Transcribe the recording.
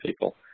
people